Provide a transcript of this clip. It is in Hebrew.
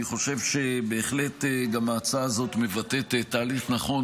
אני חושב שההצעה הזאת גם בהחלט מבטאת תהליך נכון.